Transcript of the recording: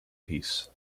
peace